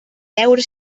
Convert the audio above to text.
veure